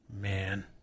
Man